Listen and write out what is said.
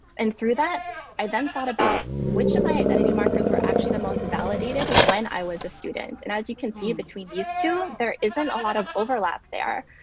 and through that i then thought about which of my identity markers were the most validated when i was a student. and as you can see between these two, there isn't a lot of overlap there.